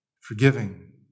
forgiving